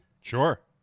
Sure